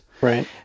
Right